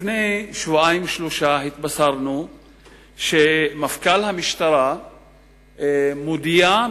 לפני שבועיים-שלושה התבשרנו שמפכ"ל המשטרה מודיע,